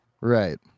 Right